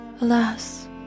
Alas